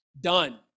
done